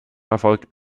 erfolgt